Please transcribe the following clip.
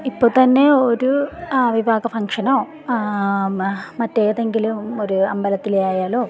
ഇപ്പോൾത്തന്നെ ഒരു ആ വിവാഹ ഫങ്ഷനോ ആ മറ്റ് ഏതെങ്കിലും ഒരു അമ്പലത്തിലെ ആയാലോ